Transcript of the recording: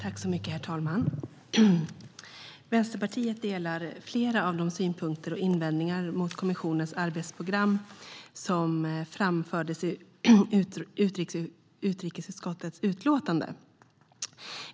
Herr talman! Vänsterpartiet delar flera av de synpunkter och invändningar mot kommissionens arbetsprogram som framförs i utrikesutskottets utlåtande.